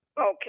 Okay